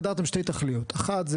והגדרתם שתי תכליות: אחת,